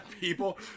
people